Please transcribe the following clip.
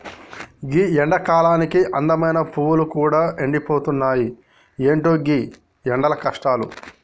గీ ఎండకాలానికి అందమైన పువ్వులు గూడా ఎండిపోతున్నాయి, ఎంటో గీ ఎండల కష్టాలు